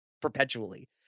perpetually